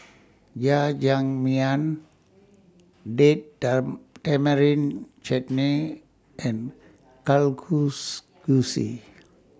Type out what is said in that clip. Jajangmyeon Date Tamarind Chutney and